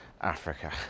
Africa